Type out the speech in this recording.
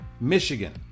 Michigan